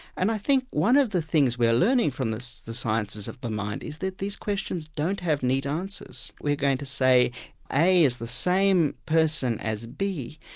and i think one of the things we're learning from the sciences of the mind is that these questions don't have neat answers. we're going to say a is the same person as b,